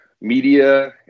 media